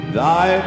thy